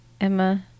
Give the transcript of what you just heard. emma